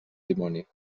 dimoni